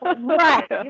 Right